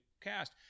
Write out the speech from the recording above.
cast